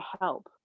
help